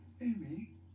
Amy